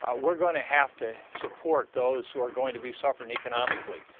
ah we're going to have to support those who are going to be suffering economically.